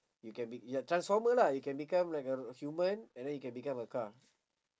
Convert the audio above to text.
you can be ya transformer lah you can become like a human and then you can become a car